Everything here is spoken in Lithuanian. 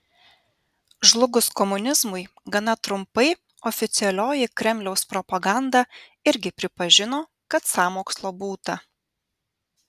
žlugus komunizmui gana trumpai oficialioji kremliaus propaganda irgi pripažino kad sąmokslo būta